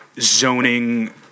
zoning